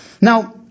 Now